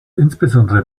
insbesondere